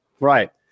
right